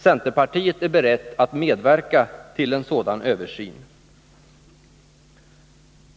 Centerpartiet är berett att medverka till en sådan översyn.